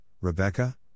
Rebecca